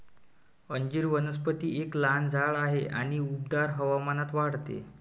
अंजीर वनस्पती एक लहान झाड आहे आणि उबदार हवामानात वाढते